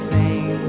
Sing